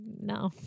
no